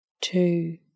two